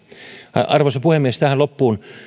arvoisa puhemies tähän loppuun